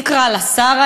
נקרא לה שרה.